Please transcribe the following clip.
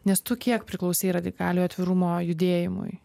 nes tu kiek priklausei radikaliojo atvirumo judėjimui